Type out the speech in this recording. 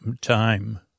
time